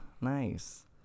Nice